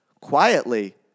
quietly